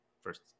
first